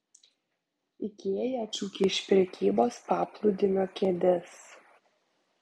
ikea atšaukia iš prekybos paplūdimio kėdes